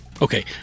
Okay